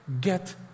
get